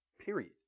Period